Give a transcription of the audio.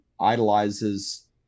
idolizes